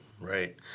Right